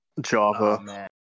Java